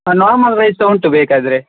ಹಾಂ normal rice ಸಹ ಉಂಟು ಬೇಕಾದರೆ